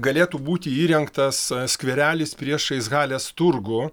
galėtų būti įrengtas skverelis priešais halės turgų